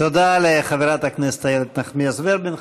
תודה לחברת הכנסת איילת נחמיאס ורבין.